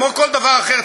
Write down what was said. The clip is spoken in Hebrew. כמו כל דבר אחר,